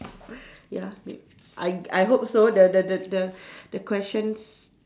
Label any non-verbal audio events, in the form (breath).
ya mayb~ I I hope so the the the (breath) the questions